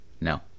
No